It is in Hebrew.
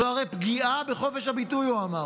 זו הרי פגיעה בחופש הביטוי, הוא אמר.